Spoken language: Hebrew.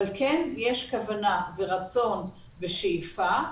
אבל כן יש רצון וכוונה ושאיפה,